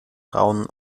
rauen